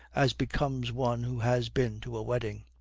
as becomes one who has been to a wedding.